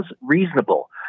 reasonable